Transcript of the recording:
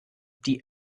die